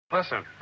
Listen